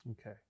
Okay